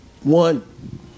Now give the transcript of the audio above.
One